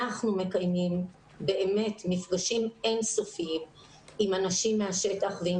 אנחנו מקיימים באמת מפגשים אין סופיים עם אנשים מהשטח ועם